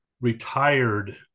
retired